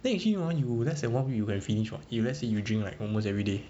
then actually hor you less than one week then you can finish [what] let's say you drink like almost everyday